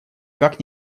как